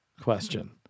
question